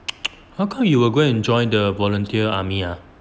how come you will go and join the volunteer army ah